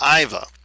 Iva